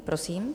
Prosím.